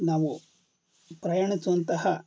ನಾವು ಪ್ರಯಾಣಿಸುವಂತಹ